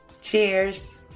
Cheers